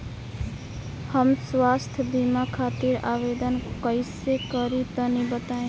हम स्वास्थ्य बीमा खातिर आवेदन कइसे करि तनि बताई?